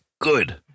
good